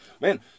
man